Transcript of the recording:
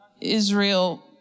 Israel